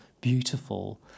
beautiful